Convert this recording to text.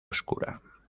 oscura